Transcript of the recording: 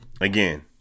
Again